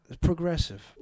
Progressive